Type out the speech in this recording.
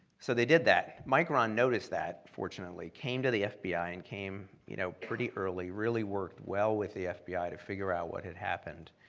so they did that. micron noticed that, fortunately, came to the fbi, and came you know pretty early really worked well with the fbi to figure out what had happened.